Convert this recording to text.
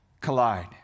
collide